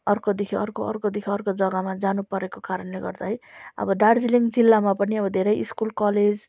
अर्कोदेखि अर्को अर्कोदेखि अर्को जग्गामा जानु परेको कारणले गर्दा है अब दार्जिलिङ जिल्लामा पनि धेरै स्कुल कलेज